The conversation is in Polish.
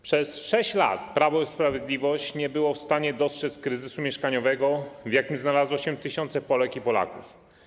Przez 6 lat Prawo i Sprawiedliwość nie było w stanie dostrzec kryzysu mieszkaniowego, w jakim znalazło się tysiące Polek i Polaków.